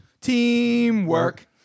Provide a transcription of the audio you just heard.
Teamwork